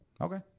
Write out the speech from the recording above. Okay